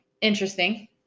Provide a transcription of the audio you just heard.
interesting